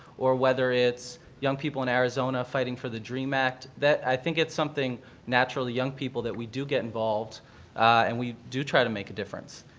or whether it's young people in arizona fighting for the dream act, i think it's something naturally young people that we do get involved and we do try to make a difference.